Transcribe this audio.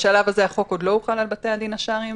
בשלב הזה החוק הזה עוד לא הוחל על בתי הדין השרעיים